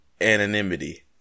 anonymity